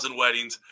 weddings